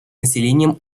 населением